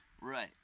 Right